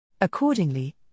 Accordingly